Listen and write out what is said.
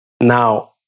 Now